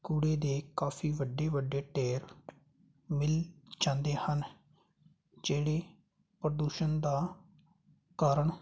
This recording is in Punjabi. ਕੂੜੇ ਦੇ ਕਾਫ਼ੀ ਵੱਡੇ ਵੱਡੇ ਢੇਰ ਮਿਲ ਜਾਂਦੇ ਹਨ ਜਿਹੜੇ ਪ੍ਰਦੂਸ਼ਣ ਦਾ ਕਾਰਨ